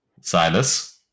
Silas